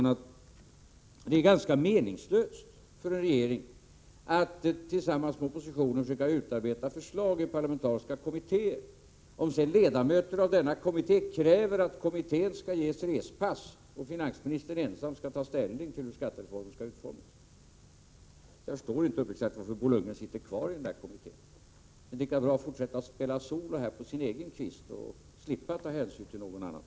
Det är alltså ganska meningslöst för en regering att tillsammans med oppositionen försöka utarbeta förslag i parlamentariska kommittéer om ledamöterna i en kommitté sedan kräver att kommittén skall ges respass och finansministern ensam skall ta ställning till hur skattereformen skall utformas. Jag förstår uppriktigt sagt inte varför Bo Lundgren sitter kvar i den här kommittén. Det är lika bra att fortsätta att spela solo på sin egen kvist och inte behöva ta hänsyn till någon annan.